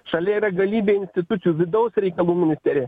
šalia yra galybė institucijų vidaus reikalų ministerija